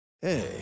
Hey